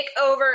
takeover